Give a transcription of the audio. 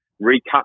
recut